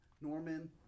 Norman